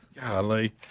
Golly